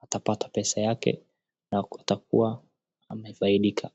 atapata pesa yake na atakuwa amefaidika.